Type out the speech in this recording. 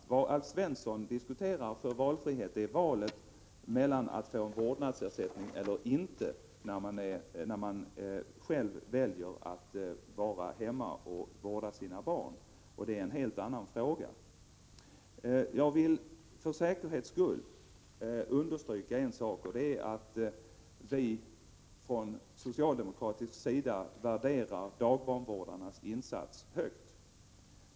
Den valfriheten Alf Svensson diskuterar är valet mellan att få eller inte få vårdnadsersättning när man själv väljer att vara hemma och vårda sina barn. Det är en helt annan fråga. Jag vill för säkerhets skull understryka en sak, och det är att vi från socialdemokratisk sida värderar dagbarnvårdarnas insatser högt.